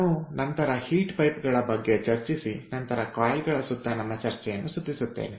ನಾನು ನಂತರ ಹೀಟ್ ಪೈಪ್ಗಳ ಬಗ್ಗೆ ಚರ್ಚಿಸಿ ನಂತರ ಕಾಯಿಲ್ಗಳ ಸುತ್ತ ನಮ್ಮ ಚರ್ಚೆಯನ್ನು ಸುತ್ತಿಸುತ್ತೇವೆ